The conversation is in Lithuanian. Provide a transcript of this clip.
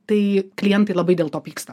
tai klientai labai dėl to pyksta